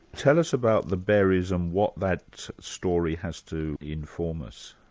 tell us about the berries and what that story has to inform us?